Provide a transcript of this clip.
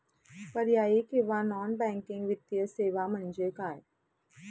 पर्यायी किंवा non banking वित्तीय सेवा म्हणजे काय?